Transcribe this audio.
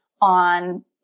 on